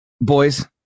boys